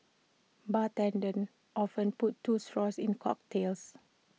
bartenders often put two straws in cocktails